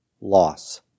loss